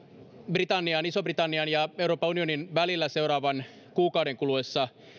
britannian ison britannian ja euroopan unionin välillä seuraavan kuukauden kuluessa